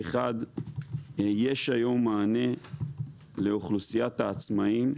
1. יש היום מענה לאוכלוסיית העצמאים.